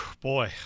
Boy